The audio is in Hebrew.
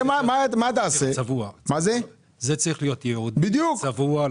זה צריך להיות ייעודי, צבוע.